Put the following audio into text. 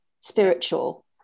spiritual